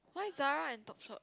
why Zara and Topshop